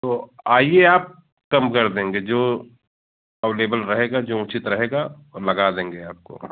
तो आइए आप कम कर देंगे जो अवेलेबल रहेगा जो उचित रहेगा वह लगा देंगे आपको